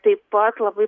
taip pat labai